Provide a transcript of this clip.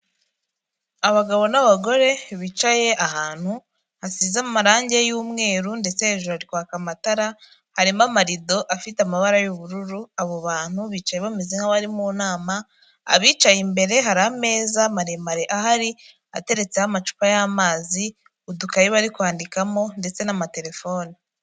Abagabo n'abagore bicaye ahantu, hasize amarangi y'umweru ndetse hejuru hari kwaka amatara, harimo amarido afite amabara y'ubururu, abo bantu bicaye bameze nk'abari mu nama, abicaye imbere hari ameza maremare ahari ateretseho amacupa y'amazi, udukayi bari kwandikamo ndetse n'amatelefoni.